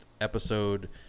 episode